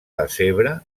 decebre